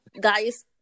guys